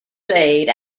blade